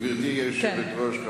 גברתי היושבת-ראש,